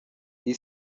iyi